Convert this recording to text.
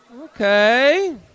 okay